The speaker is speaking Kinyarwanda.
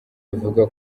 bivugwa